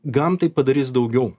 gamtai padarys daugiau